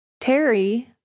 Terry